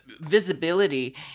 visibility